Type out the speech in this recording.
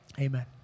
Amen